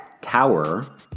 Tower